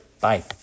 Bye